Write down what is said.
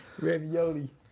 Ravioli